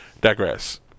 Digress